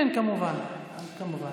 כן, כמובן, כמובן.